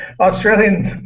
Australians